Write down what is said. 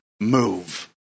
move